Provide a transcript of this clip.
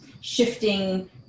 shifting